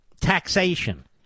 Taxation